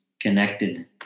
connected